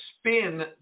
spin